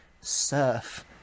surf